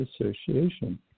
association